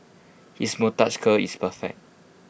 his moustache curl is perfect